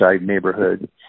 neighborhood